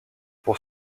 pour